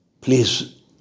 please